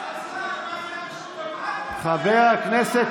חבר הכנסת